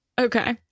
Okay